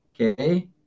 Okay